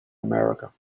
america